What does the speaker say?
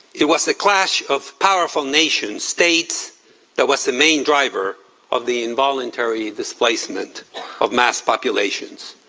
it was the clash of powerful nation states that was the main driver of the involuntary displacement of mass population.